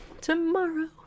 tomorrow